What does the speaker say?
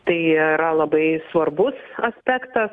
tai yra labai svarbus aspektas